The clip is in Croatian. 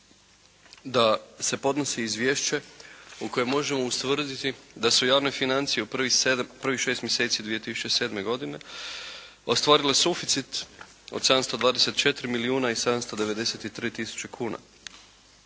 da se podnosi izvješće u kojem možemo ustvrditi da su javne financije u prvih 7, u prvih 6 mjeseci 2007. godine ostvarile suficit od 724 milijuna i 793 tisuće kuna.